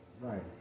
right